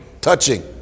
touching